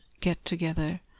get-together